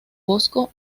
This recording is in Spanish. bosco